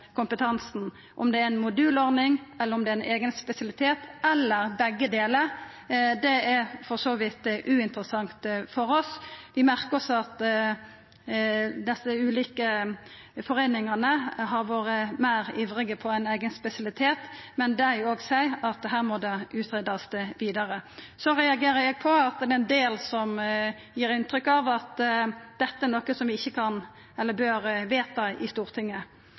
kompetansen. Om det er ei modulordning eller ein eigen spesialitet, eller begge delar, er for så vidt uinteressant for oss. Vi merker oss at desse ulike foreiningane har vore meir ivrige på ein eigen spesialitet, men dei seier òg at her må det greiast ut vidare. Så reagerer eg på at ein del gir inntrykk av at dette er noko som vi ikkje bør vedta i Stortinget.